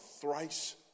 thrice